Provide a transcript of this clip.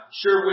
sure